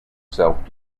self